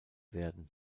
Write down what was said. werden